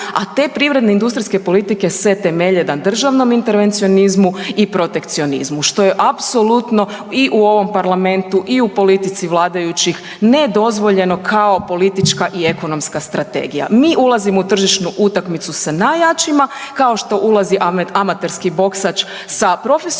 A te privredne industrijske politike se temelje na državnom intervencionizmu i protekcionizmu što je apsolutno i u ovom parlamentu i u politici vladajućih nedozvoljeno kao politička i ekonomska strategija. Mi ulazimo u tržišnu utakmicu sa najjačima kao što ulazi amaterski boksač sa profesionalnim